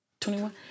21